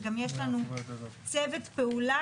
וגם יש לנו צוות פעולה,